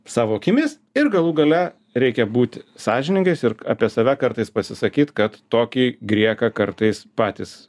savo akimis ir galų gale reikia būti sąžiningais ir apie save kartais pasisakyt kad tokį grieką kartais patys